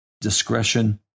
Discretion